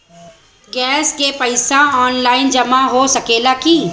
Gas के पइसा online जमा हो सकेला की?